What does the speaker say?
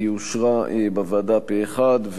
היא אושרה בוועדה פה אחד,